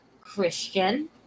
Christian